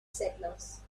settlers